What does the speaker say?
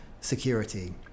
security